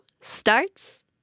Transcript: starts